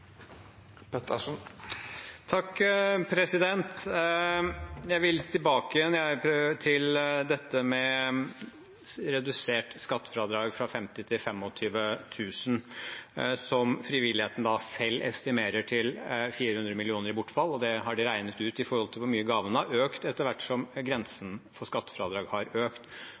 Jeg vil tilbake til dette med redusert skattefradrag, fra 50 000 kr til 25 000 kr, som frivilligheten selv estimerer til å bli 400 mill. kr i bortfall. Det har de regnet ut i forhold til hvor mye gavene har økt etter hvert som grensen for skattefradrag har økt.